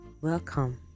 welcome